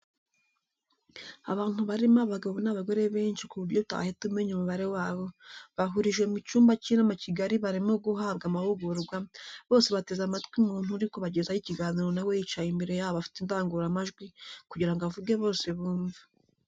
Abantu barimo abagabo n'abagore bensi ku buryo utahita umenya umubare wabo, bahurijwe mu cyumba cy'inama kigari barimo guhabwa amahugurwa, bose bateze amatwi umuntu uri kubagezaho ikiganiro na we yicaye imbere yabo afite indangururamajwi kugira ngo avuge bose bumve.